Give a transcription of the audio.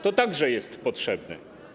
To także jest potrzebne.